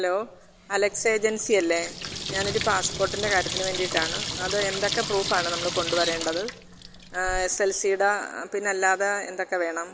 hello Alex agency അല്ലേ ഞാനൊരു പാസ്പോർട്ടിന്റെ കാര്യത്തിന് വേണ്ടിയിട്ടാണ് അത് എന്തൊക്കെ പ്രൂഫ് ആണ് നമ്മള് കൊണ്ടുവരേണ്ടത് എസ് എൽ സിയുടെ പിന്നെ അല്ലാതെ എന്തൊക്കെ വേണം